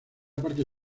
parte